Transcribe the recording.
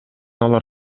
алар